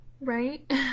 right